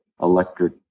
electric